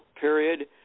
period